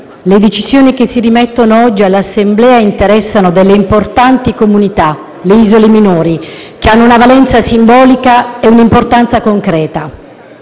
le decisioni che si rimettono oggi all'Assemblea interessano importanti comunità, le isole minori, che hanno una valenza simbolica e un'importanza concreta.